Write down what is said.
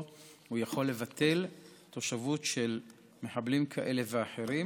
הוא יכול לבטל תושבות של מחבלים כאלה ואחרים,